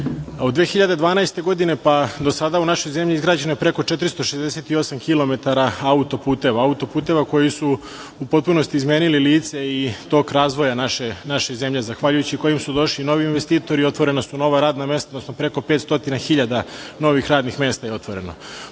2012. godine, pa do sada, u našoj zemlji izgrađeno je preko 468 kilometara auto-puteva, auto-puteva koji su u potpunosti izmenili lice i tok razvoja naše zemlje, zahvaljujuću kojim su došli novi investitori i otvorena su nova radna mesta, odnosno preko 500.000 novih radnih mesta je otvoreno.